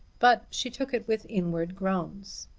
but she took it with inward groans.